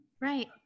Right